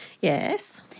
Yes